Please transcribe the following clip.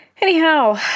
Anyhow